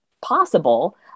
possible